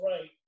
right